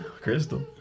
Crystal